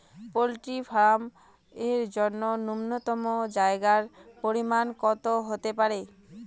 Poultry farm এর জন্য নূন্যতম জায়গার পরিমাপ কত হতে পারে?